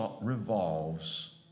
revolves